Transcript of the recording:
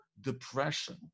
depression